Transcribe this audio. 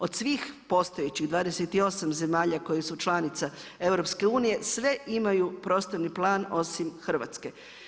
Od svih postojećih 28 zemalja koje su članice EU-a, sve imaju prostorni plan osim Hrvatske.